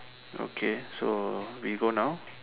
okay so we go now